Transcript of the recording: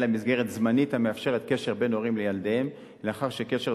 אלא מסגרת זמנית המאפשרת קשר בין הורים לילדיהם לאחר שקשר